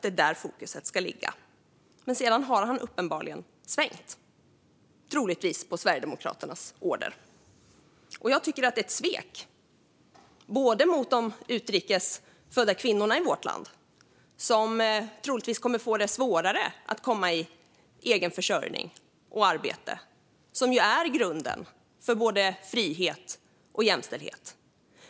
Det är där fokus ska ligga. Men sedan har han uppenbarligen svängt, troligtvis på Sverigedemokraternas order. Jag tycker att detta är ett svek mot de utrikes födda kvinnorna i vårt land, som troligtvis kommer att få det svårare att komma i arbete, det vill säga egen försörjning. Det är grunden för frihet och jämställdhet.